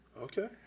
Okay